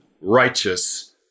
righteous